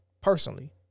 personally